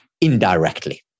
indirectly